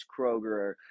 Kroger